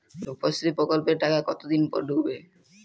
রুপশ্রী প্রকল্পের টাকা কতদিন পর ঢুকবে?